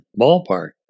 ballpark